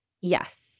Yes